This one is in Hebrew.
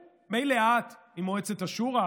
של הליכוד שאתם התרעתם מפניו עם התכנסה של הכנסת השמונה-עשרה,